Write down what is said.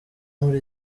muri